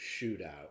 shootout